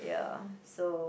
ya so